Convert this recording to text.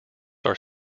are